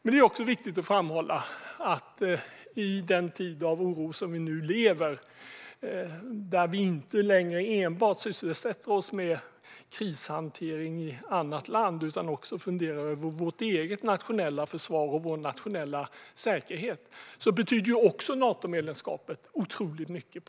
Det är också viktigt att framhålla att i den tid av oro som vi nu lever i, där vi inte längre enbart sysselsätter oss med krishantering i annat land utan också funderar över vårt eget nationella försvar och vår nationella säkerhet, betyder Natomedlemskapet otroligt mycket.